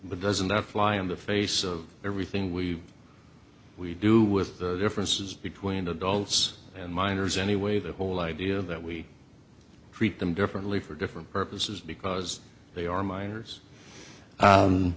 but doesn't that fly in the face of everything we've we do with the differences between adults and minors anyway the whole idea that we treat them differently for different purposes because they are minors